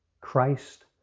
Christ